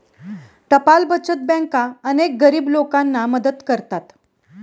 टपाल बचत बँका अनेक गरीब लोकांना मदत करतात